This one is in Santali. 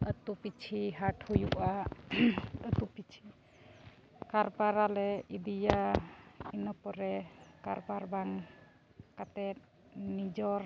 ᱟᱛᱳ ᱯᱤᱪᱷᱤ ᱦᱟᱴ ᱦᱩᱭᱩᱜᱼᱟ ᱟᱛᱳ ᱯᱤᱪᱷᱤ ᱠᱟᱨᱵᱟᱨ ᱟᱞᱮ ᱤᱫᱤᱭᱟ ᱤᱱᱟᱹ ᱯᱚᱨᱮ ᱠᱟᱨᱵᱟᱨ ᱵᱟᱝ ᱠᱟᱛᱮᱫ ᱱᱤᱡᱚᱨ